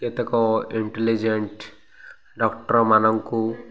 କେତେକ intelligent doctor ମାନଙ୍କୁ